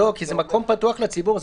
כי זה מקום פתוח לציבור.